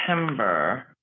September